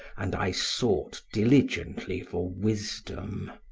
and i sought diligently for wisdom.